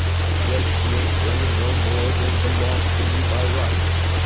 i guess she ain't bringing no more than belong to me by rights.